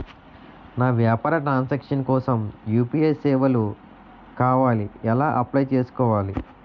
నా వ్యాపార transaction కోసం యు.పి.ఐ సేవలు కావాలి ఎలా అప్లయ్ చేసుకోవాలి?